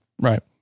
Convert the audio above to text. right